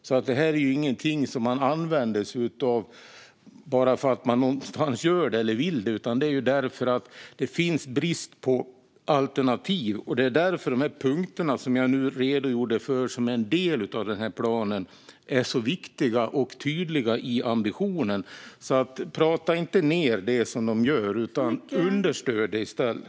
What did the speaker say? Detta är ingenting som man använder sig av bara för att man vill det utan det är därför att det är brist på alternativ. Det är därför som dessa punkter som jag har redogjort för, och som är en del av denna plan, är så viktiga och tydliga i ambitionen. Prata inte ned det som görs, utan understöd det i stället!